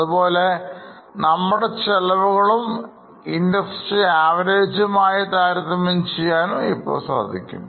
അതുപോലെ നമ്മുടെ ചെലവുകളുംIndustry Average മായും താരതമ്യം ചെയ്യാൻ ഇപ്പോൾ സാധിക്കും